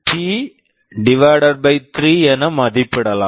D NT 3 என மதிப்பிடலாம்